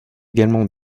également